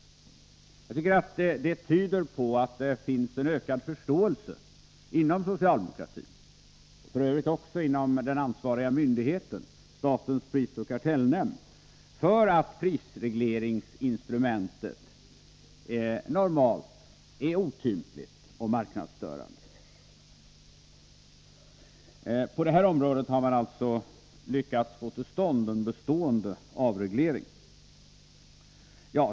Jag tycker att detta tyder på att det finns en ökad förståelse inom socialdemokratin och f. ö. också inom den ansvariga myndigheten, statens prisoch kartellnämnd, för att prisregleringsinstrumentet normalt är otympligt och marknadsstörande. På det här området har man alltså lyckats få till stånd en bestående avreglering.